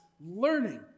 learning